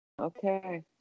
Okay